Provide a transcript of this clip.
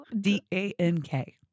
D-A-N-K